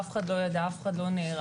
אף אחד לא ידע, אף אחד לא נערך.